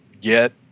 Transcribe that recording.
get